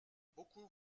beaucoup